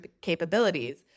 capabilities